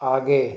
आगे